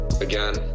again